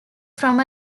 from